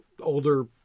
older